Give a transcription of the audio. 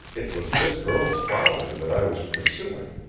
it was this girl's father that i was pursuing.